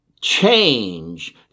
change